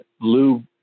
Lou